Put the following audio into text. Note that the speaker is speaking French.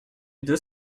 deux